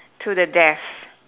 to the death